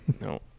No